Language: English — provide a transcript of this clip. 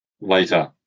later